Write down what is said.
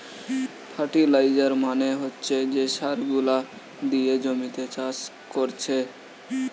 fertiliser মানে হচ্ছে যে সার গুলা দিয়ে জমিতে চাষ কোরছে